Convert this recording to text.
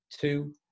two